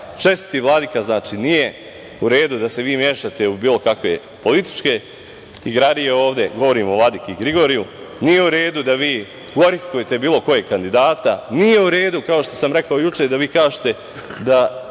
čestiti vladika, znači, nije u redu da se vi mešate u bilo kakve političke igrarije ovde, govorim o vladiki Grigoriju, nije u redu da vi glorifikujete bilo kojeg kandidata. Nije u redu, kao što sam rekao juče, da vi kažete da